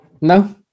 No